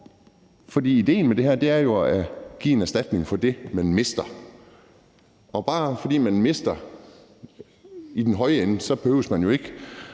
for idéen med det her er jo at give en erstatning for det, man mister. Og bare fordi nogle mister i den høje ende, behøver man jo ikke